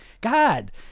God